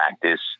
practice